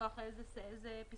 מכוח איזה פסקאות?